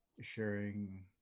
sharing